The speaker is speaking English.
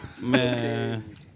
Man